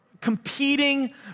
competing